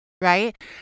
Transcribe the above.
right